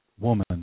woman